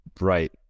right